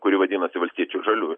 kuri vadinosi valstiečių ir žalių